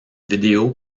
vidéo